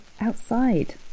outside